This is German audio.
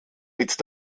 mit